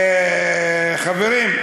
חברים,